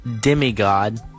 demigod